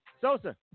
Sosa